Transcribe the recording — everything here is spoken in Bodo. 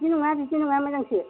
बिदि नङा बिदि नङा मोजांसो